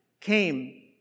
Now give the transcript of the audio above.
came